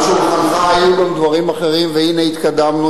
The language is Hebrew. על שולחננו ההצעה הזאת.